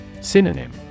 Synonym